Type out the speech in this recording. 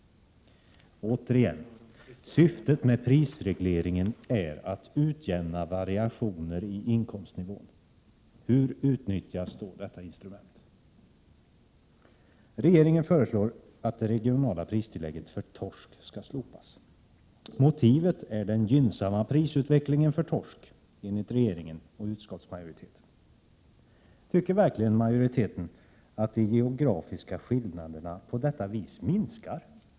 Återigen: Syftet med prisregleringen är att utjämna variationer i inkomstnivån. Hur utnyttjas då detta instrument? Regeringen föreslår att det regionala pristillägget för torsk skall slopas. Motivet är en gynnsammare prisutveckling för torsk enligt regeringen och utskottsmajoriteten. Tycker verkligen majoriteten att de geografiska skillnaderna på detta vis minskar?